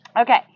Okay